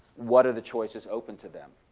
what are the choices open to them?